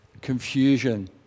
confusion